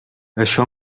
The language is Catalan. això